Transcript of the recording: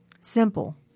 simple